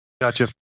Gotcha